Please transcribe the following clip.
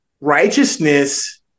righteousness